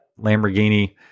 Lamborghini